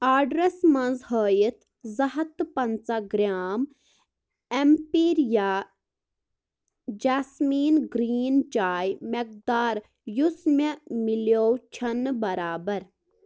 آرڈرَس منٛز ہٲیِتھ زٕ ہَتھ تہٕ پَنٛژاہ گرٛام اٮ۪مپیٖرِیا جاسمیٖن گرٛیٖن چاے مٮ۪قدار یُس مےٚ مِلیو چھَنہٕ برابر